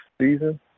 season